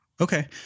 Okay